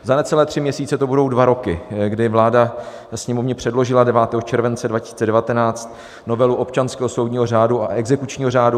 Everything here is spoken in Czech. Za necelé tři měsíce to budou dva roky, kdy vláda Sněmovně předložila 9. července 2019 novelu občanského soudního řádu a exekučního řádu.